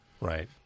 Right